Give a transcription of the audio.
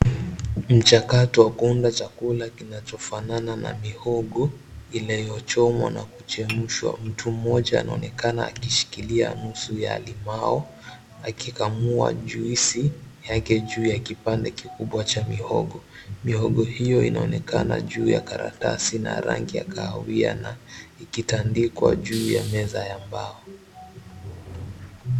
Mchakato wa kuunda chakula kinachofanana na mihogo inayochomwa na kuchemshwa. Mtu mmoja anaonekana akishikilia nusu ya limau akikamua jwisi aeke juu ya kipande kikubwa cha mihogo. Mihogo hio inaonekana juu ya karatasi na rangi ya kahawia na ikitandikwa juu ya meza ya mbao.